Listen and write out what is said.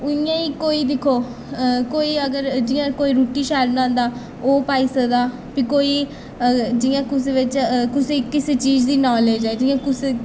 इ'यां गै कोई दिक्खो कोई अगर जि'यां कोई रुट्टी शैल बनांदा ओह् पाई सकदा भी कोई जि'यां कुसै बिच्च कुसै गी कुसै चीज दी नालेज ऐ जि'यां कुसै